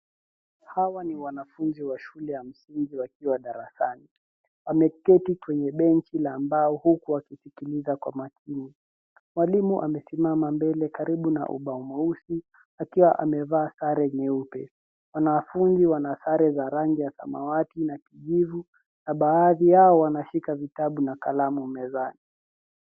Hawa ni wanafunzi wa shule ya msingi wakiwa darasani. Wameketi kwenye benchi la mbao huku wakisikiliza kwa makini . Mwalimu amesimama mbele karibu na ubao mweusi akiwa amevaa sare nyeupe. Wanafunzi wana sare za rangi ya samawati na kijivu na baadhi yao wanashika vitabu na kalamu mezani.